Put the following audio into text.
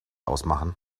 ausmachen